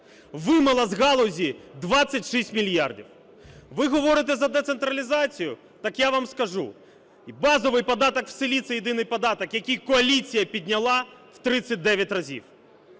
вимила з галузі 26 мільярдів. Ви говорите за децентралізацію, так я вам скажу: базовий податок в селі – це єдиний податок, який коаліція підняла в 39 разів.